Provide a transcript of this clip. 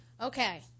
okay